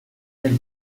del